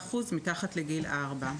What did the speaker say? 35% היו מתחת לגיל ארבע.